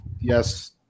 yes